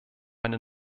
eine